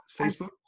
Facebook